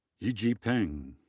yijie peng,